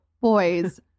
boys